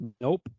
Nope